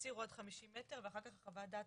תצהיר עוד חמישים מטר ואחר כך החוות דעת